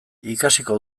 ikasiko